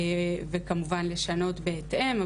וכמובן לשנות בהתאם,